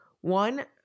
one